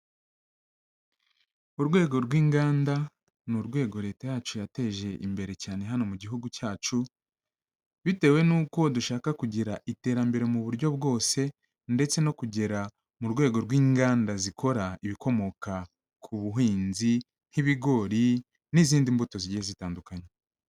Urwego rw'inganda ni urwego Leta yacu yateje imbere cyane hano mu gihugu cyacu, bitewe n'uko dushaka kugira iterambere mu buryo bwose ndetse no kugera mu rwego rw'inganda zikora ibikomoka ku buhinzi nk'ibigori n'izindi mbuto zigiye zitandukanye.